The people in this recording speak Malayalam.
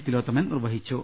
തിലോത്തമൻ നിർവ്വഹിച്ചു